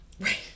Right